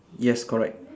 yes correct